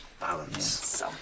Balance